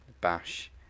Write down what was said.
Bash